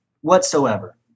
whatsoever